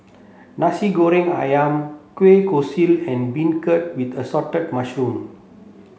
Nasi Goreng Ayam Kueh Kosui and beancurd with assorted mushroom